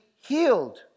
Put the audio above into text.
healed